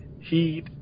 heat